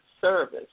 service